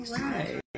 Right